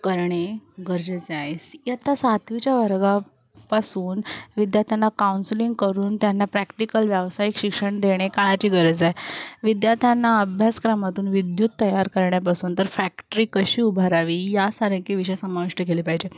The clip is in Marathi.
करणे गरजेचे आहे सातवीच्या वर्गापासून विद्यार्थ्यांना काउन्सिलिंग करून त्यांना प्रॅक्टिकल व्यावसायिक शिक्षण देणे काळाची गरज आहे विद्यार्थ्यांना अभ्यासक्रमातून विद्युत तयार करण्यापासून तर फॅक्टरी कशी उभारावी यासारखे विषय समाविष्ट केले पाहिजे